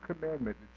commandment